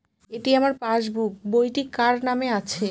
এটি আমার পাসবুক বইটি কার নামে আছে?